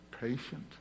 patient